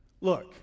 look